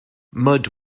mud